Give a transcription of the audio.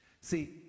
See